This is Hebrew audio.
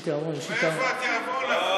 יש לי תיאבון, מאיפה התיאבון הזה?